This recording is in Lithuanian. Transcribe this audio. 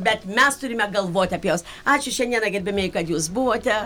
bet mes turime galvoti apie jos ačiū šiandieną gerbiamieji kad jūs buvote